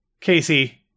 Casey